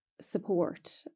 support